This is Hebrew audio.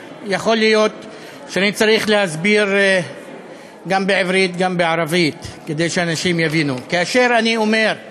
אנחנו עוברים לסעיף השני: הצעת חוק ההתייעלות הכלכלית